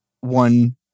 one